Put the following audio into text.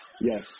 Yes